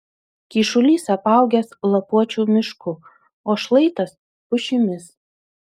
kyšulys apaugęs lapuočių mišku o šlaitas pušimis